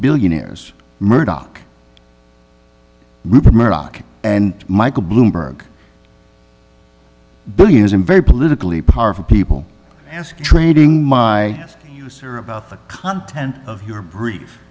billionaires murdoch rupert murdoch and michael bloomberg billions in very politically powerful people ask trading my about the content of your brief